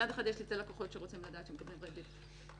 מצד אחד יש לקוחות שרוצים לדעת שהם מקבלים ריבית נמוכה,